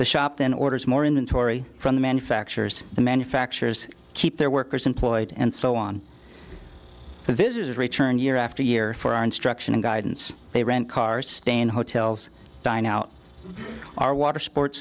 the shop then orders more inventory from the manufacturers the manufacturers keep their workers employed and so on the visitors return year after year for instruction and guidance they rent cars stay in hotels dine out our water sports